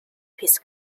his